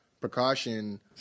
precaution